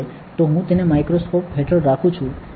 તો હું તેને માઇક્રોસ્કોપ હેઠળ રાખું છું